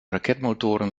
raketmotoren